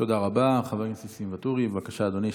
חבר הכנסת ניסים ואטורי, בבקשה, אדוני.